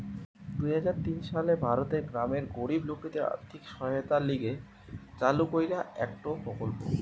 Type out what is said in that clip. দুই হাজার তিন সালে ভারতের গ্রামের গরিব লোকদের আর্থিক সহায়তার লিগে চালু কইরা একটো প্রকল্প